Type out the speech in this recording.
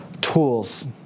tools